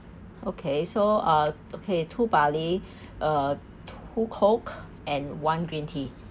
okay so uh okay two barley uh two coke and one green tea